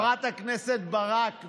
חברת הכנסת ברק,